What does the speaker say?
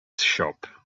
shop